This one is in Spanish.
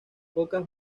pocas